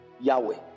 Yahweh